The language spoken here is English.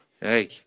Hey